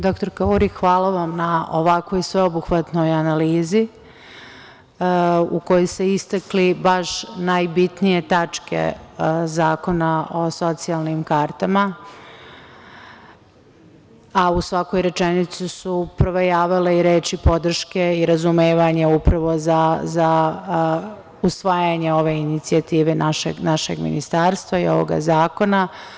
Dr Uri, hvala vam na ovakvoj sveobuhvatnoj analizi u kojoj ste istakli baš najbitnije tačke Zakona o socijalnim kartama, a u svakoj rečenici su provejavale i reči podrške i razumevanje upravo za usvajanje ove inicijative našeg ministarstva i ovog zakona.